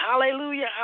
Hallelujah